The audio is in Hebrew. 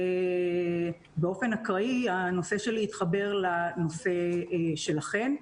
ובאופן אקראי הנושא שלי התחבר לנושא שלכם.